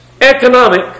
economic